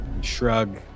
shrug